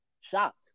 Shocked